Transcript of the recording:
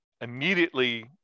immediately